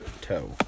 toe